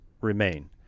remain